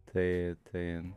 tai tai